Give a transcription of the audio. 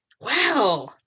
wow